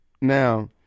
Now